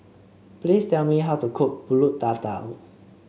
please tell me how to cook pulut Tatal